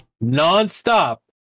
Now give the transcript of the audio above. non-stop